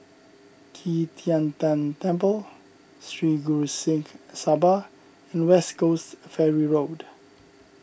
Qi Tian Tan Temple Sri Guru Singh Sabha and West Coast Ferry Road